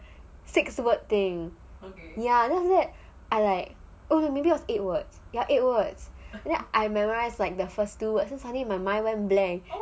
six word thing ya that's it I like maybe it's eight words ya eight words then I memorise like the first two words then suddenly my mind went blank